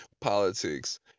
Politics